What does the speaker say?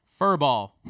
Furball